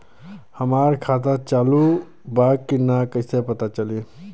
हमार खाता चालू बा कि ना कैसे पता चली?